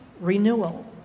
renewal